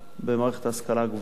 במערכת ההשכלה הגבוהה.